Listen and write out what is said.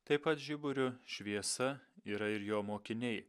taip pat žiburio šviesa yra ir jo mokiniai